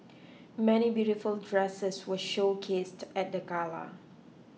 many beautiful dresses were showcased at the gala